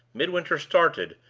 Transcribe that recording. midwinter started,